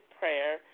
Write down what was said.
prayer